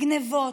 גנבות,